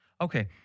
Okay